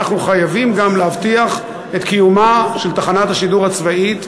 אנחנו חייבים גם להבטיח את קיומה של תחנת השידור הצבאית,